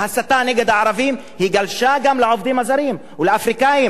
ההסתה נגד הערבים גלשה גם לעובדים הזרים ולאפריקנים,